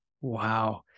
Wow